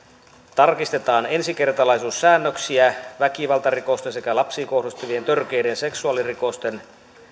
tarkistetaan ensikertalaisuussäännöksiä väkivaltarikosten sekä lapsiin kohdistuvien törkeiden seksuaalirikosten